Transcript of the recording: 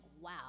wow